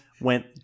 went